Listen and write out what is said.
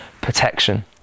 protection